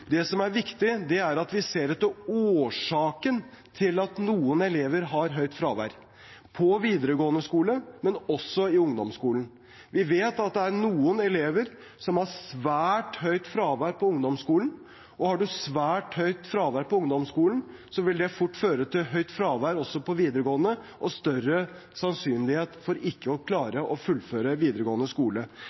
Det som er viktig, er at vi ser etter årsaken til at noen elever har høyt fravær på videregående skole, og også i ungdomsskolen. Vi vet at det er noen elever som har svært høyt fravær på ungdomsskolen, og har man svært høyt fravær på ungdomsskolen, vil det fort føre til høyt fravær på videregående og større sannsynlighet for ikke å klare å fullføre videregående skole.